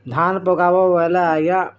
ଧାନ୍ ପକାବ ବଏଲେ ଆଜ୍ଞା